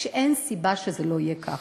כשאין סיבה שזה יהיה כך.